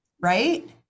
Right